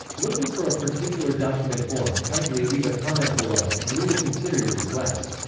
looking for a particular document form, kindly leave a comment below, and we will consider your request.